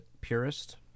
purist